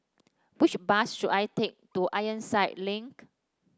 which bus should I take to Ironside Link